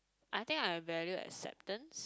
I think I value acceptance